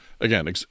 again